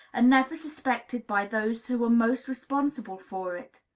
and never suspected by those who are most responsible for it.